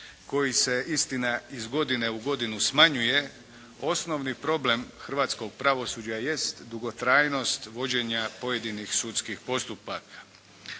koji se istina iz godine u godinu smanjuje, osnovno problem hrvatskog pravosuđa jest dugotrajnost vođenja pojedinih sudskih postupka.